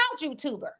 youtuber